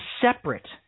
separate